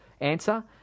answer